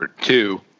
two